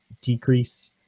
decrease